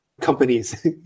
companies